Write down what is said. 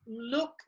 look